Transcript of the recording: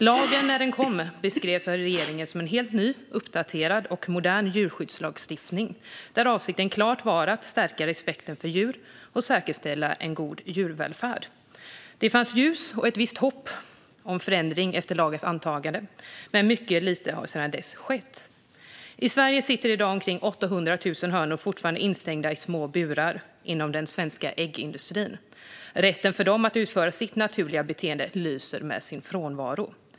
Lagen beskrevs av regeringen när den kom som en helt ny, uppdaterad och modern djurskyddslagstiftning där avsikten klart var att stärka respekten för djur och att säkerställa en god djurvälfärd. Det fanns ljus och ett visst hopp om förändring efter lagens antagande, men mycket lite har skett sedan dess. I Sverige sitter i dag fortfarande omkring 800 000 hönor instängda i små burar inom den svenska äggindustrin. Rätten för dem att utföra sitt naturliga beteende lyser med sin frånvaro.